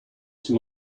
two